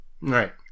Right